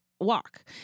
walk